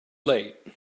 late